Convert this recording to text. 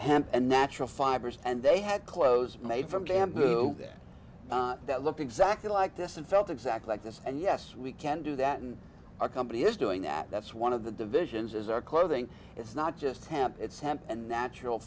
hand and natural fibers and they had clothes made from jam who get that look exactly like this and felt exactly like this and yes we can do that and our company is doing that that's one of the divisions is our clothing it's not just temp it's hemp and natural